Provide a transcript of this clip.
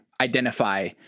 identify